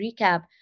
recap